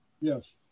Yes